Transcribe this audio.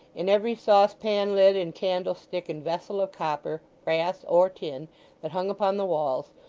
in every saucepan lid, and candlestick, and vessel of copper, brass, or tin that hung upon the walls,